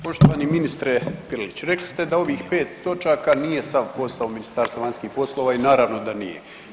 Poštovani ministre Grliću rekli ste da ovih 5 točaka nije sav posao Ministarstva vanjskih poslova i naravno da nije.